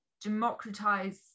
democratize